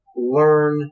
learn